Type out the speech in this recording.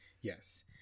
Yes